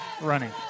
running